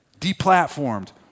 deplatformed